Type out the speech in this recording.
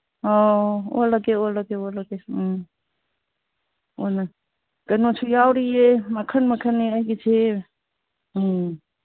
ꯑꯣ ꯑꯣꯜꯂꯒꯦ ꯑꯣꯜꯂꯒꯦ ꯑꯣꯜꯂꯒꯦ ꯎꯝ ꯑꯣꯜꯂꯦ ꯀꯩꯅꯣꯁꯨ ꯌꯥꯎꯔꯤꯌꯦ ꯃꯈꯟ ꯃꯈꯟꯅꯦ ꯑꯩꯒꯤꯁꯦ ꯎꯝ